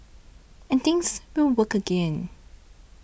and things will work again